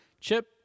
Chip